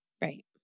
Right